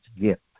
gift